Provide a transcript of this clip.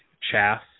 chaff